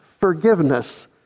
forgiveness